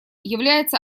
является